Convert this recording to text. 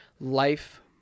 life